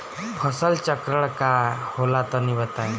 फसल चक्रण का होला तनि बताई?